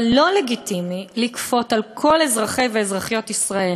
אבל לא לגיטימי לכפות על כל אזרחיות ואזרחי ישראל